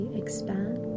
expand